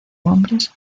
hombres